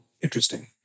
interesting